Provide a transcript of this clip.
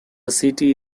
city